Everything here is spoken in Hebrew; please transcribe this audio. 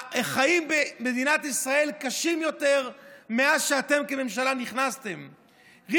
החיים במדינת ישראל קשים יותר מאז שאתם נכנסתם כממשלה.